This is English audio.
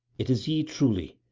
it is ye truly.